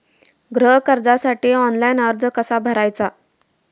गृह कर्जासाठी ऑनलाइन अर्ज कसा भरायचा?